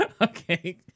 Okay